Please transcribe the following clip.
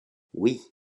oui